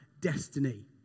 destiny